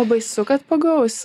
o baisu kad pagaus